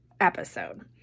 episode